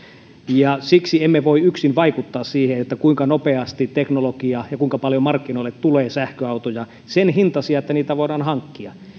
ja siksi emme voi yksin vaikuttaa siihen kuinka nopeasti ja kuinka paljon markkinoille tulee sen hintaisia sähköautoja että niitä voidaan hankkia